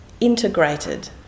integrated